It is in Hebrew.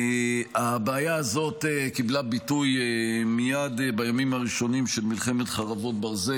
הבעיה הזאת קיבלה ביטוי מייד בימים הראשונים של מלחמת חרבות ברזל,